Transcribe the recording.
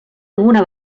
alguna